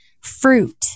fruit